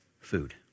food